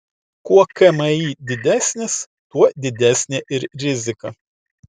kuo kmi didesnis tuo didesnė ir rizika